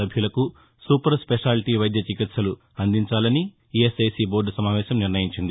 సభ్యులకు super speciality వైద్య చికిత్సలు అందించాలని ఈఎస్ఐసీ బోర్డు సమావేశంలో నిర్ణయించారు